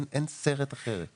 זה חייבים לדעת.